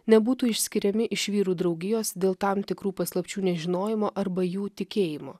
nebūtų išskiriami iš vyrų draugijos dėl tam tikrų paslapčių nežinojimo arba jų tikėjimo